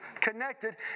connected